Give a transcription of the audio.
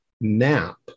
nap